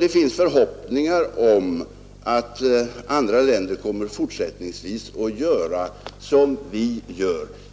Det finns förhoppningar om att andra länder kommer att fortsättningsvis göra som vi.